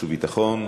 החוץ והביטחון.